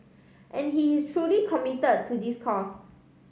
and he is truly commit to this cause